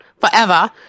forever